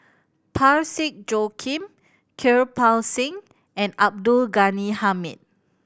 Parsick Joaquim Kirpal Singh and Abdul Ghani Hamid